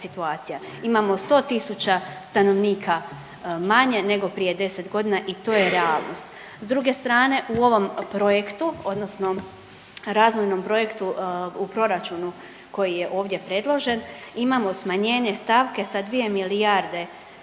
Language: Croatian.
Imamo 100.000 stanovnika manje nego prije 10 godina i to je realnost. S druge strane u ovom projektu, odnosno razvojnom projektu u proračunu koji je ovdje predložen imamo smanjenje stavke sa 2 milijarde